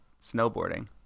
snowboarding